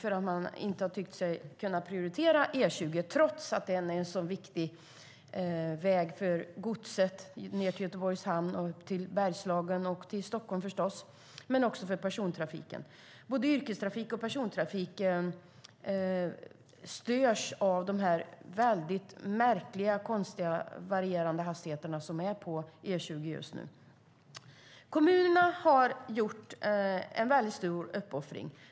Man har inte tyckt sig kunna prioritera E20 trots att det är en sådan viktig väg för godset ned till Göteborgs hamn och upp till Bergslagen och Stockholm men också för persontrafiken. Både yrkestrafik och persontrafik störs av de märkliga och varierande hastigheter som är på E20. Kommunerna har gjort en stor uppoffring.